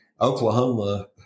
Oklahoma